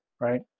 right